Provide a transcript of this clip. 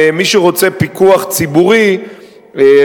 ומי שרוצה פיקוח ציבורי